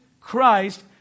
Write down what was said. Christ